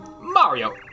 Mario